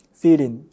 feeling